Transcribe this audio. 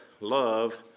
love